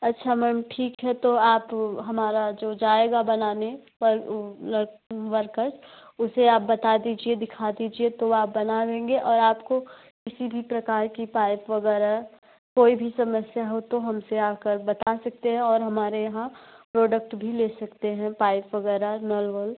अच्छा मैम ठीक है तो आप हमारा जो जाएगा बनाने पर वर्कर उसे आप बता दीजिए दिखा दीजिए तो आप बनाएँगे और आपको किसी भी प्रकार की पाइप वग़ैरह कोई भी समस्या हो तो हम से आ कर बता सकते हैं और हमारे यहाँ प्रोडक्ट भी ले सकते हैं पाइप वग़ैरह नल वल